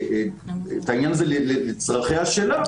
נפגעי עבירת מין לצורך הפקת דנ"א ללא הגבלת זמן),